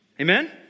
Amen